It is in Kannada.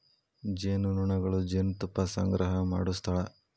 ಜೇನುನೊಣಗಳು ಜೇನುತುಪ್ಪಾ ಸಂಗ್ರಹಾ ಮಾಡು ಸ್ಥಳಾ